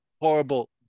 horrible